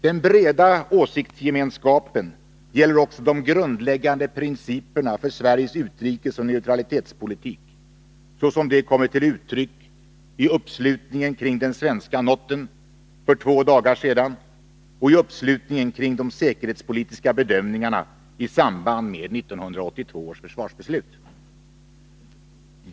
Den breda åsiktsgemenskapen gäller också de grundläggande principerna för Sveriges utrikesoch neutralitetspolitik, såsom de kommit till uttryck i uppslutningen kring den svenska noten för två dagar sedan och i uppslutningen kring de säkerhetspolitiska bedömningarna i samband med 1982 års försvarsbeslut.